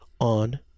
on